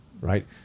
right